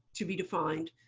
to be defined,